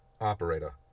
Operator